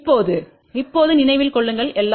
இப்போது இப்போது நினைவில் கொள்ளுங்கள் எல்லாம் சரி